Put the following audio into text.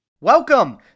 Welcome